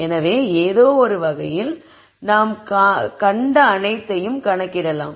எனவே ஏதோவொரு வகையில் நாம் காண வேண்டிய அனைத்தையும் கணக்கிடலாம்